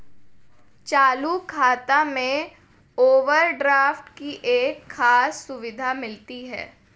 चालू खाता में ओवरड्राफ्ट की एक खास सुविधा मिलती है